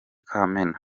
kamena